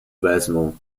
wezmą